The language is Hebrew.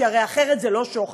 כי אחרת זה לא שוחד,